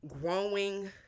growing